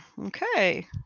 Okay